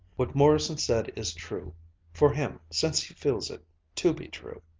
what morrison said is true for him, since he feels it to be true.